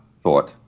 thought